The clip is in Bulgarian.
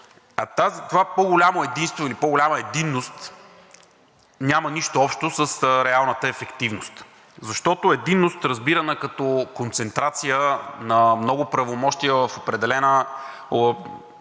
това по-голямо единство или по-голяма единност няма нищо общо с реалната ефективност, защото единност, разбирана като концентрация на много правомощия в определена